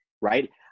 right